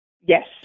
Yes